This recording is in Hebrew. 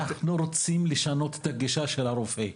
אנחנו רוצים לשנות את הגישה של הרופא,